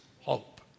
hope